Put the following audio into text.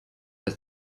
had